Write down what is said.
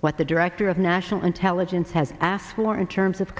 what the director of national intelligence has asked for in terms of